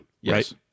Yes